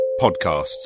podcasts